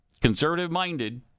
conservative-minded